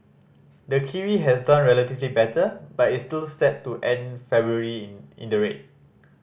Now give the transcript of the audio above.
the kiwi has done relatively better but is still set to end February in in the red